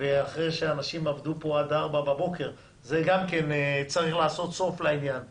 ואחרי שאנשים עבדו עד ארבע בבוקר גם צריך לעשות סוף לעניין הזה.